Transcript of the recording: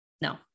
No